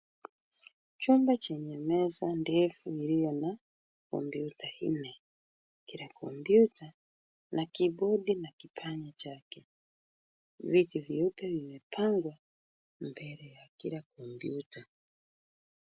Chumba chenye meza ndefu iliyo na kompyuta nne. Kila kompyuta ina kibodi na kipanya chake. Viti vyeupe vimepangwa mbele ya kila kompyuta.